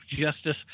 Justice